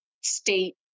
state